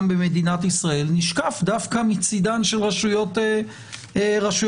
במדינת ישראל נשקף דווקא מצידן של רשויות השלטון.